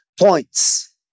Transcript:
points